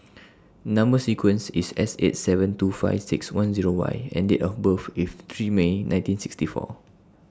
Number sequence IS S eight seven two five six one Zero Y and Date of birth IS three May nineteen sixty four